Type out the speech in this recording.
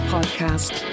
Podcast